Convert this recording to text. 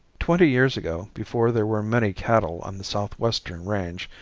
twenty years ago before there were many cattle on the southwestern range,